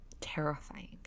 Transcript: Terrifying